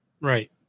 Right